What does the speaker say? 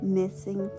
missing